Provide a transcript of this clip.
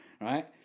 right